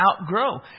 outgrow